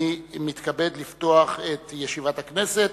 אני מתכבד לפתוח את ישיבת הכנסת.